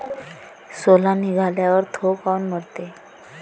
सोला निघाल्यावर थो काऊन मरते?